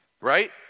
Right